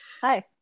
Hi